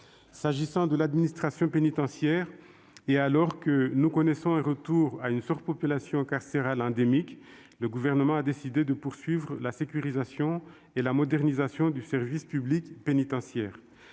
S'agissant de l'administration pénitentiaire, et alors que nous connaissons un retour à une surpopulation carcérale endémique, le Gouvernement a décidé de poursuivre la sécurisation et la modernisation du service public pénitentiaire.